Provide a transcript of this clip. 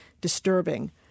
disturbing